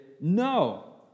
no